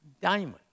diamond